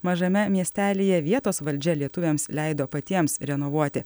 mažame miestelyje vietos valdžia lietuviams leido patiems renovuoti